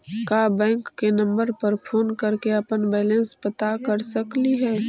का बैंक के नंबर पर फोन कर के अपन बैलेंस पता कर सकली हे?